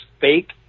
fake